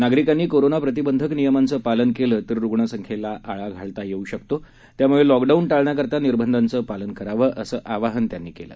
नागरिकांनी कोरोना प्रतिबंधक नियमांचं पालन केलं तर रुग्णसंख्येला आळा घालता येऊ शकतो त्याम्ळे लॉकडाऊन शाळण्याकरता निर्बंधांचं पालन करावं असं आवाहन त्यांनी केलं